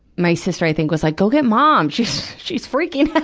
my sister, i think, was like, go get mom! she's, she's freaking out!